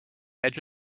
edge